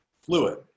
fluid